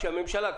כאשר הממשלה,